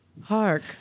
Hark